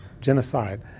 genocide